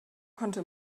konnte